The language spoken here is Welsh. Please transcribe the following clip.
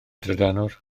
drydanwr